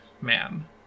man